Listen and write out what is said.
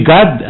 God